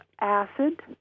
acid